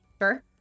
Sure